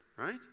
Right